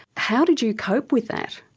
how did you cope with that